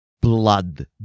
Blood